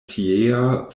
tiea